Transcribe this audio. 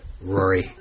Rory